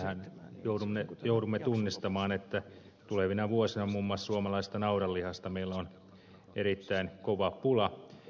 eli mehän joudumme tunnustamaan että tulevina vuosina muun muassa suomalaisesta naudanlihasta meillä on erittäin kova pula